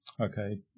okay